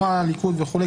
הליכוד וכולי,